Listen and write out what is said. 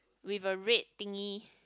with a red thingy